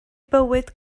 bywyd